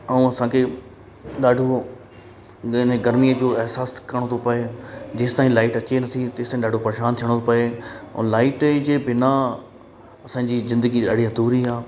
ऐं असांखे ॾाढो इन गरमीअ जो अहसासु करिणो थो पए जेसि ताईं लाइट अचे न थी तेसि ताईं ॾाढो परेशान थियणो थो पए ऐं लाइट जे बिना असांजी जिंदगी ॾाढी अधूरी आहे